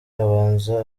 abanza